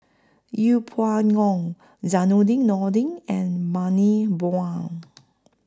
Yeng Pway Ngon Zainudin Nordin and Bani Buang